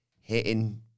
hitting